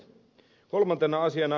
kolmantena asiana